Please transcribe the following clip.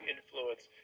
Influence